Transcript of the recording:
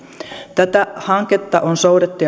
tätä hanketta on soudettu